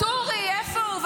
ואטורי, איפה הוא?